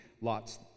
lots